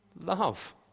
love